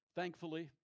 Thankfully